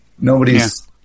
Nobody's